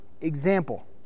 example